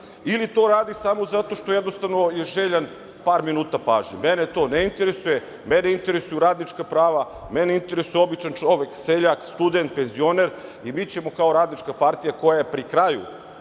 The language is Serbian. ili to radi samo zato što jednostavno je željan par minuta pažnje? Mene to ne interesuje. Mene interesuju radnička prava, mene interesuje običan čovek, seljak, student, penzioner i mi ćemo ka Radnička partija, koja je pri kraju